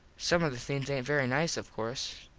some of the things aint very nice of course.